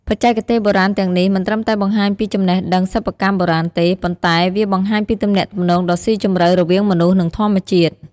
បច្ចេកទេសបុរាណទាំងនេះ មិនត្រឹមតែបង្ហាញពីចំណេះដឹងសិប្បកម្មបុរាណទេ ប៉ុន្តែវាបង្ហាញពីទំនាក់ទំនងដ៏ស៊ីជម្រៅរវាងមនុស្ស និងធម្មជាតិ។